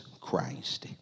Christ